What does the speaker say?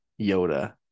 Yoda